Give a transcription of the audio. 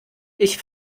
ich